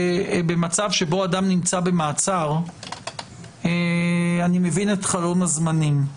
שבמצב שבו אדם נמצא במעצר - אני מבין את חלון הזמנים.